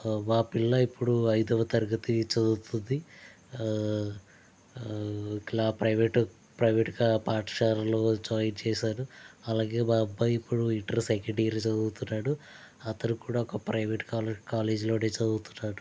మా పిల్ల ఇప్పుడు అయిదవ తరగతి చదువుతుంది ఇట్లా ప్రైవేట్ ప్రైవేట్ కా పాఠశాలలో జాయిన్ చేశారు అలాగే మా అబ్బాయి ఇప్పుడు ఇంటర్ సెకండ్ ఇయర్ చదువుతున్నాడు అతను కూడా ఒక ప్రైవేట్ కా కాలేజీలో చదువుతున్నాడు